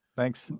Thanks